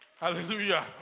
Hallelujah